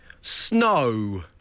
Snow